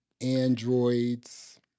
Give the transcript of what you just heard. androids